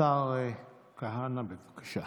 השר כהנא, בבקשה.